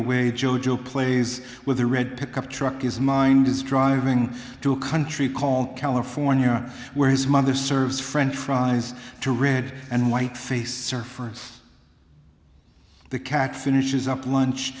away joe joe plays with a red pickup truck is mind is driving to a country called california where his mother serves french fries to read and white faced surfers the cat finishes up lunch